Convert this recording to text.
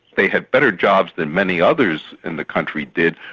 they had better jobs than many others in the country did,